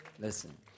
Listen